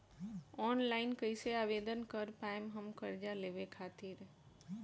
Online कइसे आवेदन कर पाएम हम कर्जा लेवे खातिर?